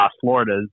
Florida's